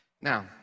Now